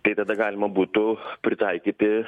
tai tada galima būtų pritaikyti